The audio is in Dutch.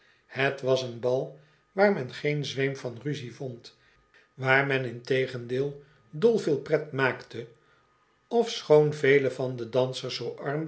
het was een bal waar men geen zweem van ruzie vond waar men integendeel dol veel pret maakte ofschoon vele van de dansers zoo arm